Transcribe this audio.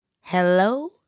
Hello